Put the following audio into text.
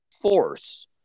force